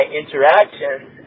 interactions